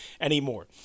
anymore